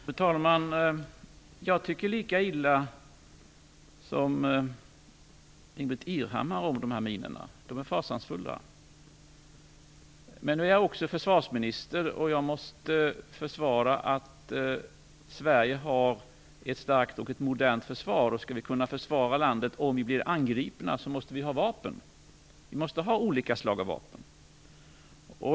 Fru talman! Jag tycker lika illa som Ingbritt Irhammar om dessa minor. De är fasansfulla. Men nu är jag också försvarsminister och måste se till att Sverige har ett starkt och modernt försvar. Skall vi kunna försvara landet om vi blir angripna måste vi olika slags vapen.